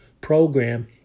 program